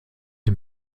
dem